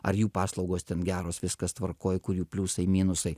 ar jų paslaugos ten geros viskas tvarkoj kur jų pliusai minusai